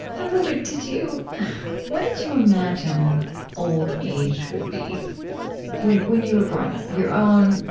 i wondered did you what did you imagine old age would be when when you were growing up? your own,